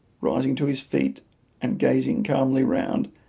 rising to his feet and gazing calmly round,